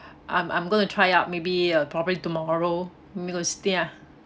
I'm I'm going to try out maybe uh probably tomorrow maybe go to steam ah